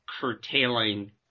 curtailing